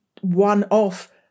one-off